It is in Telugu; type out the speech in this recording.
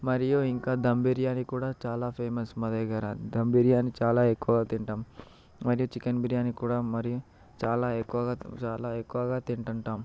మరియు ఇంకా ధమ్ బిర్యానీ కూడా చాలా ఫేమస్ మా దగ్గర ధమ్ బిర్యానీ చాలా ఎక్కువ తింటాము మరి చికెన్ బిర్యానీ కూడా మరియు చాలా ఎక్కువగా చాలా ఎక్కువగా తింటుంటాం